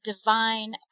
divine